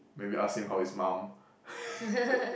maybe ask him how is mom